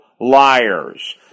liars